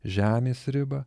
žemės ribą